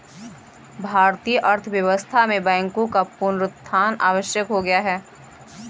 भारतीय अर्थव्यवस्था में बैंकों का पुनरुत्थान आवश्यक हो गया है